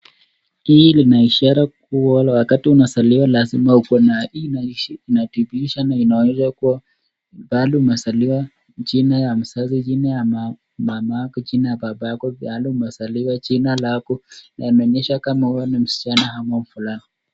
Hii lina ishara kuwa wakati unazaliwa lazima ukuwe na hii inadhibitisha na inaonyesha kuwa pahali umezaliwa, jina ya mzazi ,jina ya mama yako, jina ya baba yako, pahali umezaliwa, jina lako na inaonyesha kama wewe ni msichana ama mvulana.